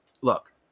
Look